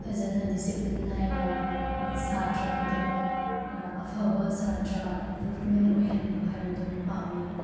ꯐꯖꯅ ꯗꯤꯁꯤꯄ꯭ꯂꯤꯟ ꯅꯥꯏꯅ ꯁꯥꯇ꯭ꯔꯥ ꯈꯨꯗꯤꯡꯃꯛ ꯑꯐꯕ ꯁꯥꯇ꯭ꯔꯥ ꯏꯝꯄ꯭ꯔꯨꯕꯃꯦꯟ ꯑꯣꯏꯍꯟꯕ ꯍꯥꯏꯕꯗꯨ ꯄꯥꯝꯃꯤ